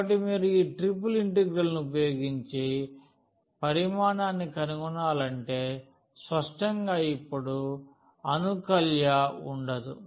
కాబట్టి మీరు ఈ ట్రిపుల్ ఇంటిగ్రల్ను ఉపయోగించి పరిమాణాన్ని కనుగొనాలంటే స్పష్టంగా ఇప్పుడు అనుకల్య ఉండదు